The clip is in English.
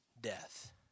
death